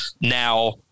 Now